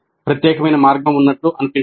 ప్రత్యేకమైన మార్గం ఉన్నట్లు అనిపించదు